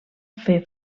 fer